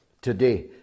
today